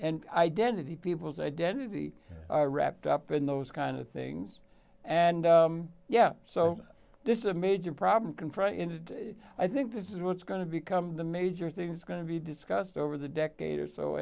and identity people's identity are wrapped up in those kinds of things and yeah so this is a major problem confronted i think this is what's going to become the major things going to be discussed over the decade or so